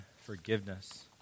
forgiveness